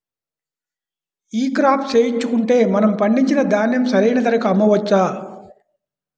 ఈ క్రాప చేయించుకుంటే మనము పండించిన ధాన్యం సరైన ధరకు అమ్మవచ్చా?